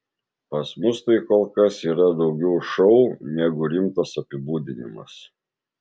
pas mus tai kol kas yra daugiau šou negu rimtas apibūdinimas